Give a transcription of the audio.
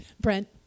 Brent